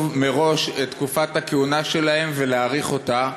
מראש את תקופת הכהונה שלהם ולהאריך אותה,